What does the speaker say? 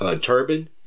turban